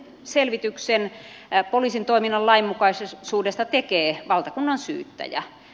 sen selvityksen poliisin toiminnan lainmukaisuudesta tekee valtakunnansyyttäjä